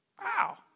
Wow